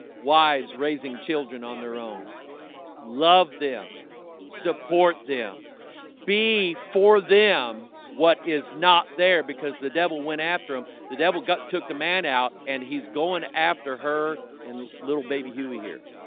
wives raising children on their own love them support them be for them. what is not there? because the devil went after him the devil gut took the man out and he's going after her and little baby huey here